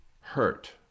hurt